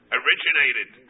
originated